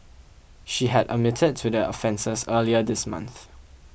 she had admitted to the offences earlier this month